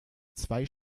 zwei